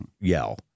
yell